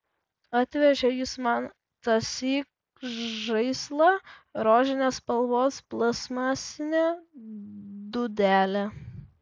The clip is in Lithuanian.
atvežė jis man tąsyk žaislą rožinės spalvos plastmasinę dūdelę